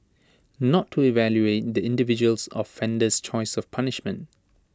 not to evaluate the individuals offender's choice of punishment